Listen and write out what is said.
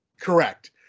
Correct